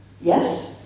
Yes